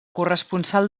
corresponsal